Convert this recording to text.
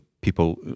people